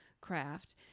craft